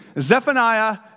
Zephaniah